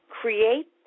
create